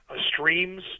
streams